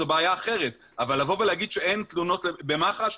זו בעיה אחרת אבל לבוא ולומר שאין תלונות במח"ש,